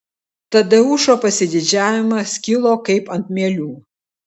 tadeušo pasididžiavimas kilo kaip ant mielių